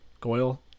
goyle